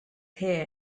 here